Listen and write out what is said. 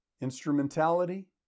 Instrumentality